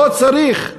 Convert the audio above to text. לא צריך.